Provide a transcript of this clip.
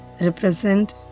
represent